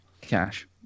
Cash